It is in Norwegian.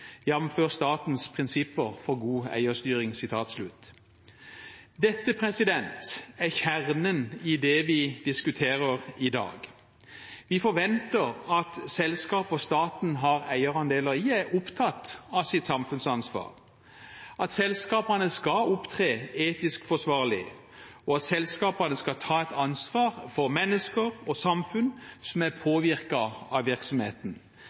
statens prinsipper for god eierstyring.» Dette er kjernen i det vi diskuterer i dag. Vi forventer at selskaper staten har eierandel i, er opptatt av sitt samfunnsansvar, at selskapene opptrer etisk forsvarlig, og at selskapene tar et ansvar for mennesker og samfunn som er påvirket av virksomheten.